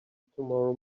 tomorrow